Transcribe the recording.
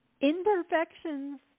imperfections